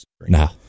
No